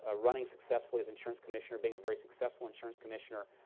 ah running successfully as insurance commissioner, being a very successful insurance commissioner.